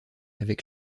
avec